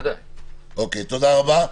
תודה רבה.